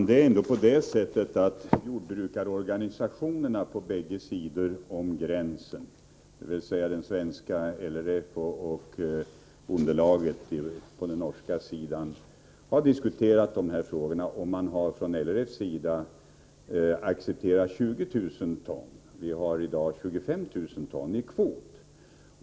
Herr talman! Jordbrukarorganisationerna på båda sidor om gränsen — dvs. LRFi Sverige och Bondelaget i Norge — har diskuterat dessa frågor, och LRF har accepterat 20 000 ton, medan kvoten i dag är 25 000 ton.